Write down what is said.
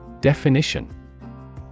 Definition